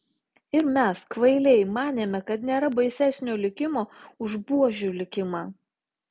ir mes kvailiai manėme kad nėra baisesnio likimo už buožių likimą